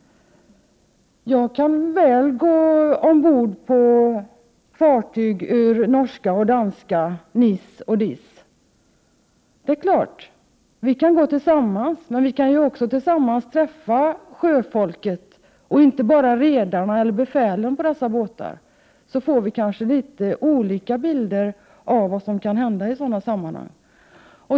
Jag kan väl gå ombord på fartyg ur norska och danska NIS och DIS, det är klart. Vi kan gå tillsammans men vi kan också tillsammans träffa sjöfolket, inte bara redarna eller befälet på dessa båtar. Då får vi kanke litet olika bilder av vad som kan hända i sådana sammanhang.